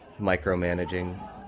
micromanaging